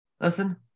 Listen